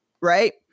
right